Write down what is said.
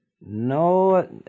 No